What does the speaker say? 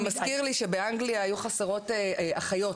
זה מזכיר לי שבאנגליה היו חסרות אחיות,